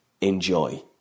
Enjoy